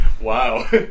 Wow